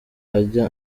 ajya